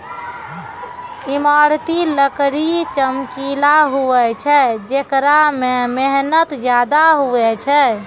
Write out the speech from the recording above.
ईमारती लकड़ी चमकिला हुवै छै जेकरा मे मेहनत ज्यादा हुवै छै